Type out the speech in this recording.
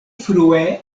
frue